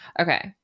Okay